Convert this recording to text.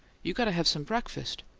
you've got to have some breakfast.